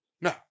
No